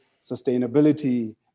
sustainability